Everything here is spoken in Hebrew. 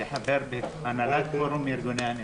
וחבר בהנהלת פורום ארגוני הנכים.